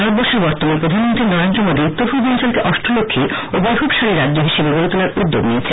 ভারতবর্ষের বর্তমান প্রধানমন্ত্রী নরেন্দ্র মোদী উত্তর পূর্বাঞ্চলকে অষ্টলক্ষ্মী ও বৈভবশালী রাজ্য হিসেবে গড়ে তোলার উদ্যোগ নিয়েছেন